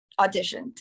auditioned